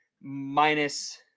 minus